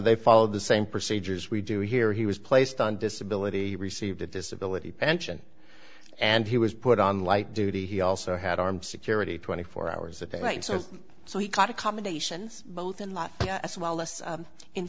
they follow the same procedures we do here he was placed on disability received a disability pension and he was put on light duty he also had armed security twenty four hours a day right so so he got accommodations both in l